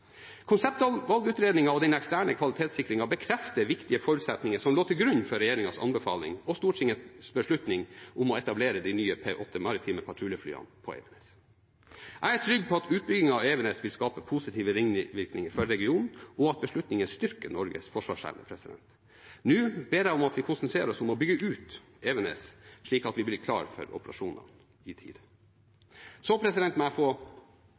og den eksterne kvalitetssikringen bekrefter viktige forutsetninger som lå til grunn for regjeringens anbefaling og Stortingets beslutning om å etablere de nye P8 maritime patruljeflyene på Evenes. Jeg er trygg på at utbyggingen av Evenes vil gi positive ringvirkninger for regionen, og at beslutningen styrker Norges forsvarsevne. Nå ber jeg om at vi konsentrerer oss om å bygge ut Evenes, slik at vi blir klare for operasjoner i tide. Jeg må få